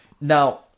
now